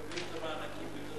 מקבלים את המענקים ביהודה